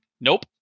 nope